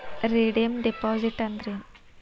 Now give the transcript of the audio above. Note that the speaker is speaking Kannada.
ರೆಡೇಮ್ ಡೆಪಾಸಿಟ್ ಅಂದ್ರೇನ್?